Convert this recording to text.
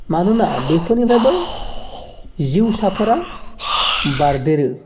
मानोना बेफोरनिफ्रायबो जिउसाफोरा बारदेरो